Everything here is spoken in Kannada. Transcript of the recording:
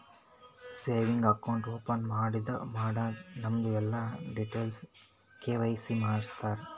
ಸೇವಿಂಗ್ಸ್ ಅಕೌಂಟ್ ಓಪನ್ ಮಾಡಾಗ್ ನಮ್ದು ಎಲ್ಲಾ ಡೀಟೇಲ್ಸ್ ಕೆ.ವೈ.ಸಿ ಮಾಡುಸ್ತಾರ್